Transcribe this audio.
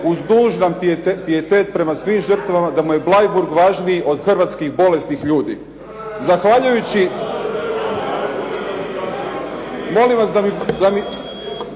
uz dužan pijetet prema svim žrtvama da mu je Bleiburg važniji od hrvatskih bolesnih ljudi. Zahvaljujući, molim vas da mi